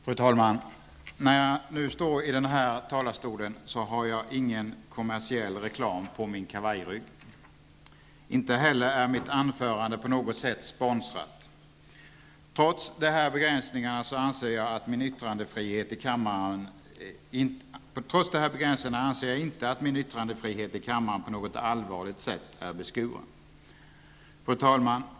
Fru talman! När jag nu står i denna talarstol har jag ingen kommersiell reklam på min kavajrygg. Inte heller är mitt anförande på något sätt sponsrat. Trots de här begränsningarna anser jag inte att min yttrandefrihet i kammaren på något allvarligt sätt är beskuren. Fru talman!